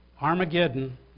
Armageddon